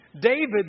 David